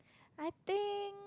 I think